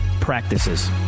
practices